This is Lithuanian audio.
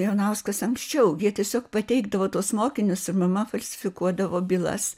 ivanauskas anksčiau jie tiesiog pateikdavo tuos mokinius mama falsifikuodavo bylas